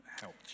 helped